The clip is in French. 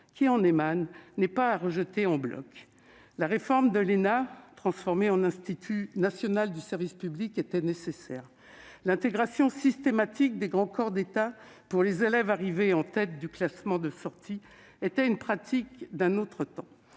qui en émane, n'est pas à rejeter en bloc. La réforme de l'ENA, transformée en Institut national du service public, était nécessaire. L'intégration systématique des grands corps d'État pour les élèves arrivés en tête du classement de sortie était une pratique d'un autre temps